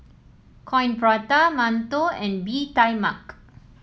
Coin Prata mantou and Bee Tai Mak